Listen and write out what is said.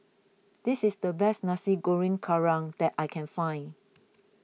this is the best Nasi Goreng Kerang that I can find